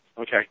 okay